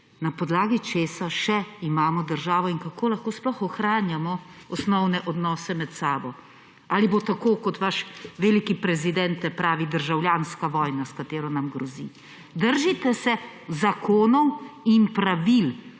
na podlagi česa še imamo državo in kako lahko sploh ohranjamo osnovne odnose med sabo. Ali bo tako, kot vaš veliki prezidente pravi, državljanska vojna, s katero nam grozi? Držite se zakonov in pravil,